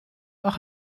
auch